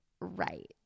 right